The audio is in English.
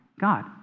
God